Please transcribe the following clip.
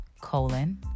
colon